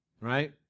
right